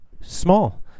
small